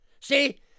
See